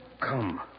Come